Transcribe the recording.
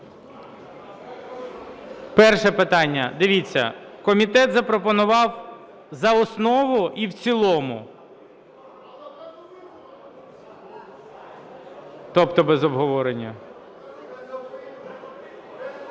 Перше питання. Дивіться, комітет запропонував за основу і в цілому. Тобто без обговорення?